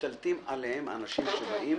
משתלטים עליהם אנשים שבאים